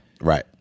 Right